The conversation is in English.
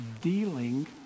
dealing